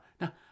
Now